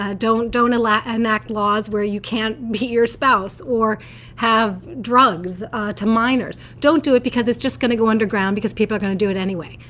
ah don't don't ah enact laws where you can't beat your spouse or have drugs to minors. don't do it because it's just going to go underground because people are going to do it anyway.